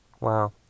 Wow